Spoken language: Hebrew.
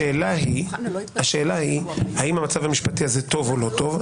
השאלה היא האם המצב המשפטי הזה טוב או לא טוב.